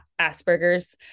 Asperger's